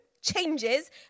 changes